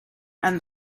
and